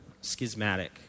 schismatic